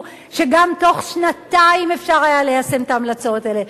שגם בתוך שנתיים אפשר היה ליישם את ההמלצות האלה.